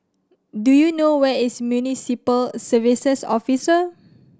do you know where is Municipal Services Office